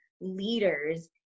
leaders